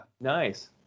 Nice